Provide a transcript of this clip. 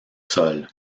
sol